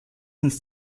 ins